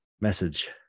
message